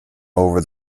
over